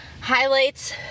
highlights